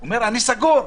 הוא אומר: אני סגור.